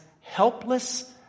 helpless